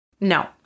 No